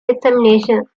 examination